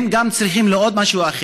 הם גם צריכים עוד משהו,